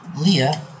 Leah